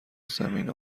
زمین